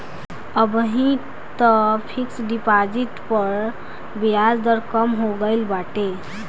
अबही तअ fix deposit पअ बियाज दर कम हो गईल बाटे